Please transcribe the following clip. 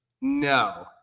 No